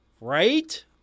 Right